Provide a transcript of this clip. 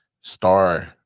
star